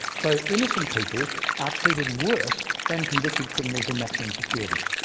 so innocent people are treated worse than convicted criminals in maximum security.